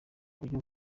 ujye